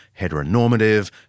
heteronormative